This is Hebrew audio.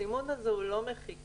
הסימון הזה הוא לא מחיקה,